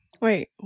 Wait